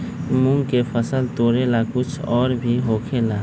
मूंग के फसल तोरेला कुछ और भी होखेला?